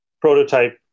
prototype